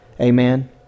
Amen